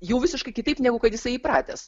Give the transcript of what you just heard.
jau visiškai kitaip negu kad jisai įpratęs